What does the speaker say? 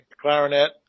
clarinet